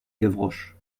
gavroche